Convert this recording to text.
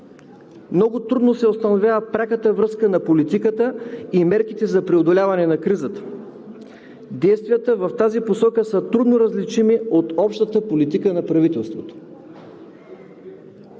много трудно се установява пряката връзка на политиката и мерките за преодоляване на кризата. Действията в тази посока са трудно различими от общата политика на правителството.